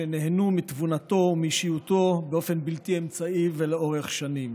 שנהנו מתבונתו ומאישיותו באופן בלתי אמצעי ולאורך שנים,